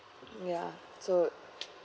yeah so